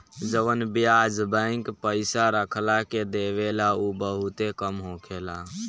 जवन ब्याज बैंक पइसा रखला के देवेला उ बहुते कम होखेला